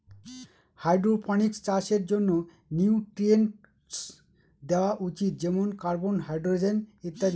hydroponics চাষের জন্য nutrients দেওয়া উচিত যেমন কার্বন, হাইড্রজেন ইত্যাদি